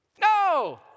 no